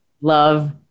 love